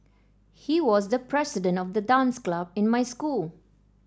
he was the president of the dance club in my school